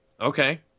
Okay